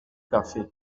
café